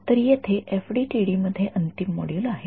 तर येथे एफडीटीडी मध्ये अंतिम मॉड्यूल आहे